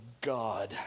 God